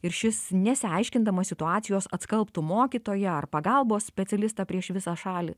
ir šis nesiaiškindamas situacijos atskalbtų mokytoją ar pagalbos specialistą prieš visą šalį